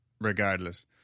regardless